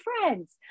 friends